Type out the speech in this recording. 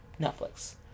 Netflix